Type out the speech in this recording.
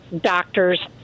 doctors